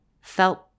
felt